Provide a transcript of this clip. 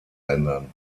ländern